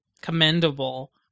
commendable